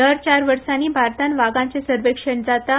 दर चार वर्स्गृंची भारतान वाघांचे सर्वेक्षण जाता